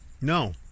No